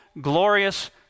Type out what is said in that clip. glorious